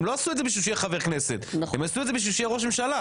הם לא עשו את זה בשביל שהוא יהיה חבר כנסת אלא כדי שהוא יהיה ראש ממשלה.